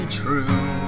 true